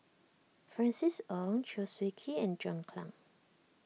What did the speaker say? Francis Ng Chew Swee Kee and John Clang